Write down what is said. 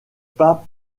pas